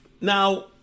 Now